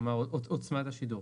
כלומר עצמת השידור.